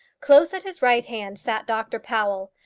close at his right hand sat dr powell.